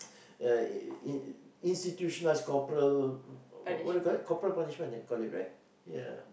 uh uh institutionalized corporal what they called it corporal punishment they call it right ya